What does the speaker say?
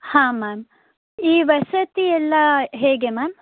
ಹಾಂ ಮ್ಯಾಮ್ ಈ ವಸತಿಯೆಲ್ಲ ಹೇಗೆ ಮ್ಯಾಮ್